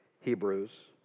Hebrews